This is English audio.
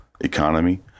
economy